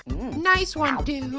nice one, dude.